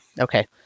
Okay